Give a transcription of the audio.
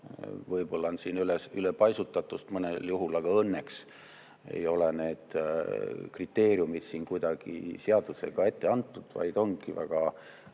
võib-olla on siin ülepaisutatust mõnel juhul, aga õnneks ei ole need kriteeriumid siin kuidagi seadusega ette antud, vaid ongi väga